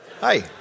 Hi